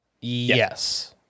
Yes